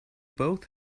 both